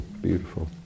Beautiful